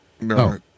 no